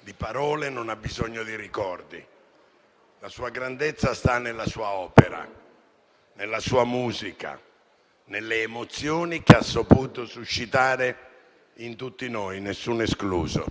di parole, non ha bisogno di ricordi. La sua grandezza sta nella sua opera, nella sua musica, nelle emozioni che ha saputo suscitare in tutti noi, nessuno escluso.